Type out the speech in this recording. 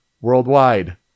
worldwide